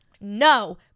No